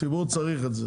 הציבור צריך את זה.